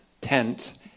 Tenth